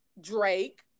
Drake